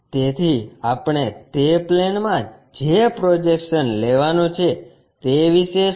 તેથી આપણે તે પ્લેનમાં જે પ્રોજેક્શન લેવાનું છે તે વિશે શું